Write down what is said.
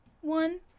one